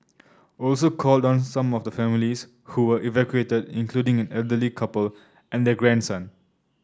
also called on some of the families who were evacuated including an elderly couple and their grandson